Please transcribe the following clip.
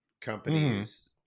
companies